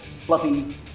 Fluffy